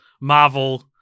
Marvel